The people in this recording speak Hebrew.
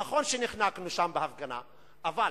נכון שנחנקנו שם בהפגנה, אבל